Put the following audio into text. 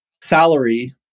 salary